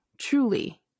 truly